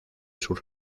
sus